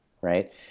right